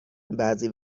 بعضی